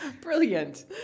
Brilliant